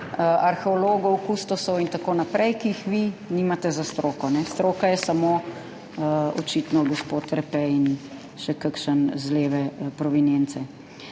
arheologov, kustosov in tako naprej, ki jih vi nimate za stroko. Stroka je samo, očitno, gospod Repe in še kakšen z leve provenience.